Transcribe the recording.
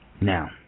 Now